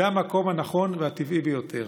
זה המקום הנכון והטבעי ביותר.